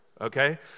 okay